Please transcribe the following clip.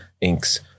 inks